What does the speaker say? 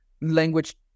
language